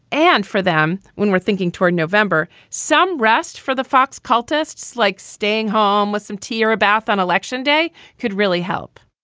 and for them, when we're thinking toward november, some rest for the fox cultists, like staying home with some tea or a bath on election day could really help.